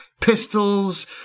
pistols